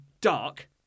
dark